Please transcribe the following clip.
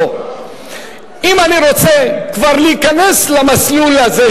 אם אני רוצה כבר להיכנס למסלול הזה,